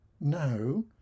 No